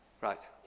Right